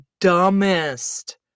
dumbest